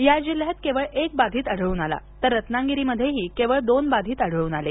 या जिल्ह्यात केवळ एक बाधित आढळून आला तर रत्नागिरीमध्येही केवळ दोन बाधित आढळून आले